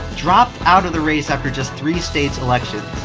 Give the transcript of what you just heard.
dropped out of the race after just three states elections.